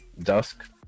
Dusk